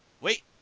Wait